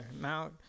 now